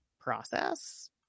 process